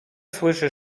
słyszy